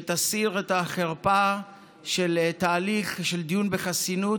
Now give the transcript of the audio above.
שתסיר את החרפה של תהליך של דיון בחסינות,